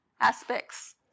aspects